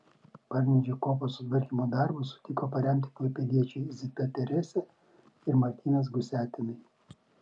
parnidžio kopos sutvarkymo darbus sutiko paremti klaipėdiečiai zita teresė ir martinas gusiatinai